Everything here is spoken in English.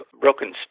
Broken